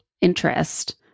interest